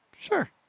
Sure